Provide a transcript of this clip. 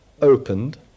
opened